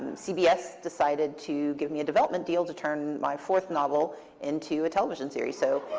cbs decided to give me a development deal to turn my fourth novel into a television series. so